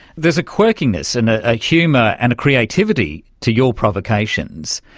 there's a quirkiness and a humour and a creativity to your provocations.